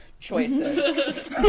Choices